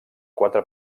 quatre